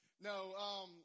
No